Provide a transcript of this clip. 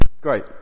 great